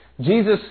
Jesus